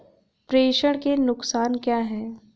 प्रेषण के नुकसान क्या हैं?